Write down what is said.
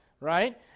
right